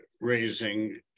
raising